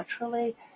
naturally